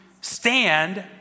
stand